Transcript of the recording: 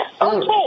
Okay